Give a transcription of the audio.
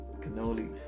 Cannoli